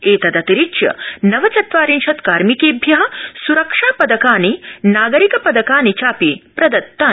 एतदतिरिच्य नवचत्वारिशत् कार्मिकेभ्य सुरक्षा पदकानि नागरिक पदकानि चापि प्रदत्तानि